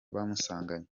bamusanganye